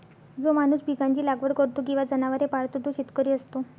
जो माणूस पिकांची लागवड करतो किंवा जनावरे पाळतो तो शेतकरी असतो